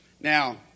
Now